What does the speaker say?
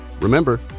Remember